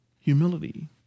humility